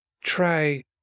try